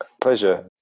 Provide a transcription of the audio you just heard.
Pleasure